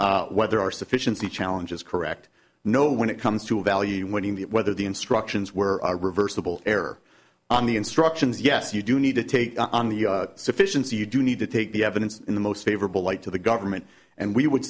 whether our sufficiency challenge is correct no when it comes to evaluating the whether the instructions were reversible error on the instructions yes you do need to take on the sufficiency you do need to take the evidence in the most favorable light to the government and we would